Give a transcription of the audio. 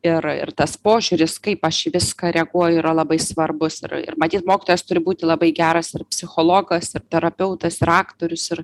ir ir tas požiūris kaip aš į viską reaguoju yra labai svarbus ir ir matyt mokytojas turi būti labai geras ir psichologas ir terapeutas ir aktorius ir